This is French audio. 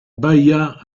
bahia